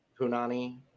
Punani